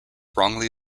wrongly